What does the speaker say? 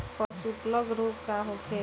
पशु प्लग रोग का होखे?